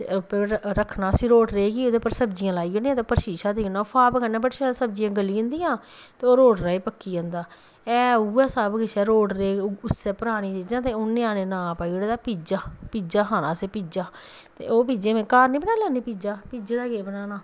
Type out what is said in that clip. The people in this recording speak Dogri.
ते उप्पर रक्खना उसी रोटरे गी ओह्दे पर सब्जी लाई ओड़नी ते उप्पर शीशा देई ओड़ना भाप कन्नै बड़ी शैल सब्जियां गली जंदियां ते ओह् रोटरा बी पक्की जंदा हा उ'ऐ सब किश रोटरे उसै परानी चीजां ते ञ्यानें नांऽ पाई ओड़े दा पीज्जा पीज्जा खाना असें पीज्जा ते ओह् पीज्जे घर निं बनाई लैन्नी पीज्जा पीज्जे दा केह् बनाना